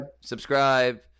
Subscribe